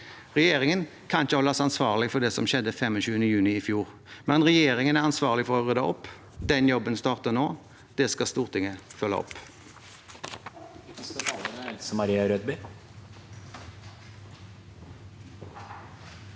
Regjeringen kan ikke holdes ansvarlig for det som skjedde 25. juni i fjor, men regjeringen er ansvarlig for å rydde opp. Den jobben starter nå. Det skal Stortinget følge opp.